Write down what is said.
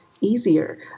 easier